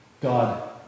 God